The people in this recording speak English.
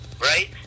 right